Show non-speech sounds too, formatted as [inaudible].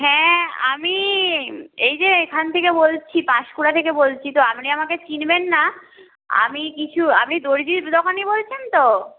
হ্যাঁ আমি [unintelligible] এই যে এখান থেকে বলছি পাঁশকুড়া থেকে বলছি তো আপনি আমাকে চিনবেন না আমি কিছু আপনি দর্জির দোকানি বলছেন তো